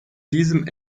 diesem